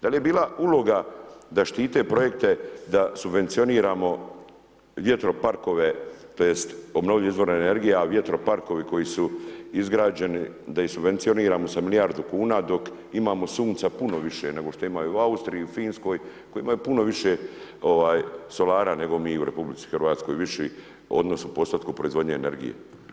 Da li je bila uloga da štite projekte da subvencioniramo vjetroparkove, tj. obnovljive izvore energije, a vjetroparkovi koji su izgrađeni da ih subvencioniramo sa milijardu kuna, dok imamo sunca puno više nego što ima u Austriji u Finskoj, koje imaju puno više solana nego mi u RH, viši odnos u postotku proizvodnje energije.